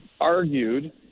argued